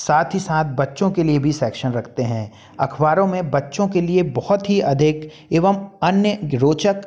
साथ ही साथ बच्चों के लिए भी सेक्शन रखते हैं अखबारों में बच्चों के लिए बहुत ही अधिक एवं अन्य रोचक